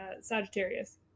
Sagittarius